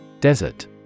Desert